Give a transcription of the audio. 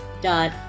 dot